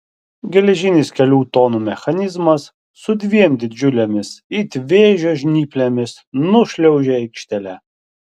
geležinis kelių tonų mechanizmas su dviem didžiulėmis it vėžio žnyplėmis nušliaužė aikštele